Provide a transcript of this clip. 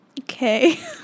Okay